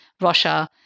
Russia